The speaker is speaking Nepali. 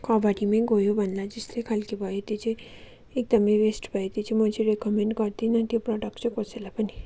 कबाडीमै गयो भन्ला जस्तै खाले भयो त्यो चैँ एकदमै वेस्ट भयो त्यो चाहिँ म चाहिँ रेकमेन्ड गर्दिनँं त्यो प्रडक्ट चाहिँ कसैलाई पनि